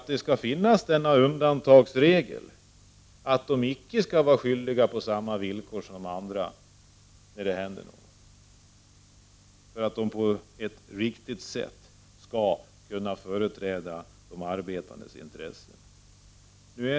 Men det måste finnas en undantagsregel — dvs. att dessa representanter inte skall ha samma skyldigheter som de andra för den händelse att något skulle inträffa. Det krävs för att de på ett riktigt sätt skall kunna företräda de arbetandes intressen.